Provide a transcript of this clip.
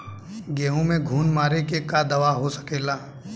गेहूँ में घुन मारे के का दवा हो सकेला?